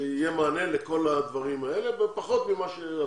שיהיה מענה לכל הדברים האלה, פחות ממה שרצו,